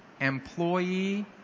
employee